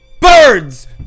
birds